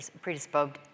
predisposed